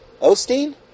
Osteen